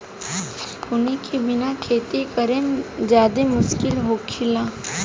बुनी के बिना खेती करेमे ज्यादे मुस्किल होखेला